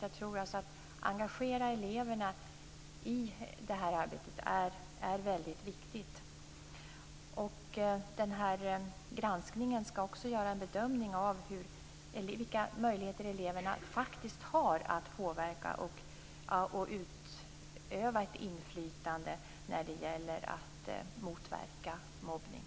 Jag tror alltså att det är väldigt viktigt att engagera eleverna i det arbetet. Granskningen skall också göra en bedömning av vilka möjligheter eleverna faktiskt har att påverka och utöva inflytande när det gäller att motverka mobbning.